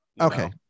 Okay